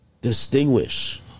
distinguish